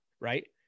right